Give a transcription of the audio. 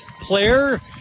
player